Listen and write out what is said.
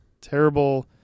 terrible